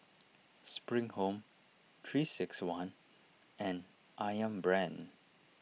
Spring Home three six one and Ayam Brand